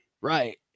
Right